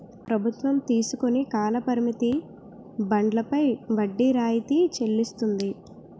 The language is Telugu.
ప్రభుత్వం తీసుకుని కాల పరిమిత బండ్లపై వడ్డీ రాయితీ చెల్లిస్తుంది